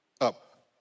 up